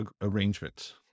arrangements